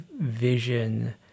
vision